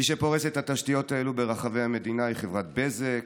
מי שפורס את התשתיות האלה ברחבי המדינה הוא חברת בזק.